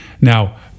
Now